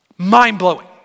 Mind-blowing